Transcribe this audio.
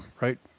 right